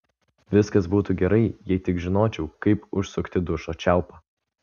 viskas būtų gerai jei tik žinočiau kaip užsukti dušo čiaupą